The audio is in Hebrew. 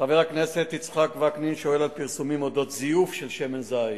חבר הכנסת יצחק וקנין שואל על פרסומים על זיוף של שמן זית.